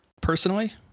personally